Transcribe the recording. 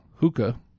hookah